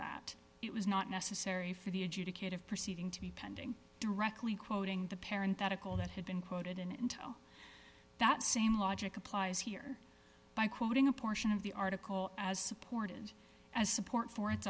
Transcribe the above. that it was not necessary for the adjudicative proceeding to be pending directly quoting the parent that a call that had been quoted in it until that same logic applies here by quoting a portion of the article as supported as support for its